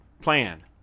plan